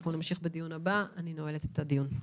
אני נועלת את הדיון.